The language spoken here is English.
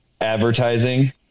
advertising